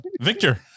Victor